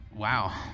Wow